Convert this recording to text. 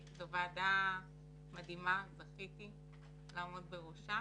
זו ועדה מדהימה, זכיתי לעמוד בראשה